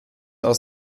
aus